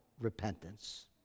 Repentance